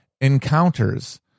encounters